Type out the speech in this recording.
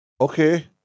Okay